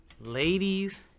Ladies